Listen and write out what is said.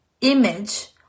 image